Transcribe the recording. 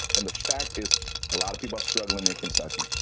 and the fact is a lotta people are strugglin' in kentucky.